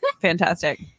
Fantastic